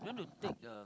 you want to take a